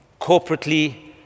corporately